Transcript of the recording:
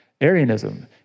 Arianism